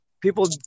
people